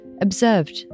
observed